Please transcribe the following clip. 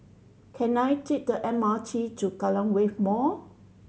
can I take the M R T to Kallang Wave Mall